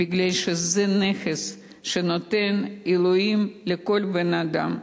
מפני שזה נכס שנותן אלוהים לכל בן-אדם,